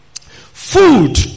Food